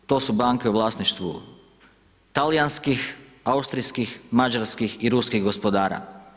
To su banke u vlasništvu talijanskih, austrijskih, mađarskih i ruskih gospodara.